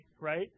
right